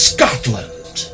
Scotland